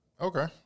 Okay